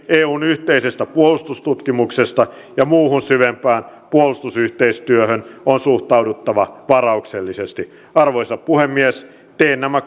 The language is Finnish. eun yhteisestä puolustustutkimuksesta ja muuhun syvempään puolustusyhteistyöhön on suhtauduttava varauksellisesti arvoisa puhemies teen nämä